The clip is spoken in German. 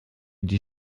die